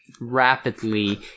rapidly